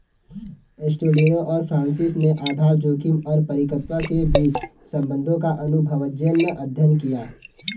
एस्टेलिनो और फ्रांसिस ने आधार जोखिम और परिपक्वता के बीच संबंधों का अनुभवजन्य अध्ययन किया